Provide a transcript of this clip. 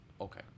okay